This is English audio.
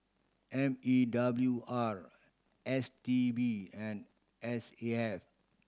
M E W R S T B and S A F